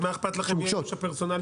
אז מה אכפת לכם מי האיוש הפרסונלי?